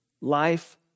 life